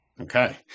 Okay